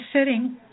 sitting